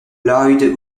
lloyd